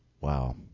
Wow